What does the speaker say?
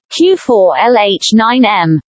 Q4LH9M